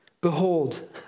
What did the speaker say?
Behold